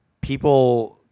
people